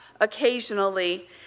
occasionally